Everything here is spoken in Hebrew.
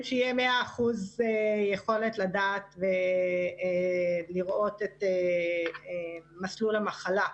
שתהיה 100% יכולת לדעת ולראות את מסלול המחלה,